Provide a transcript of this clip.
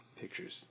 pictures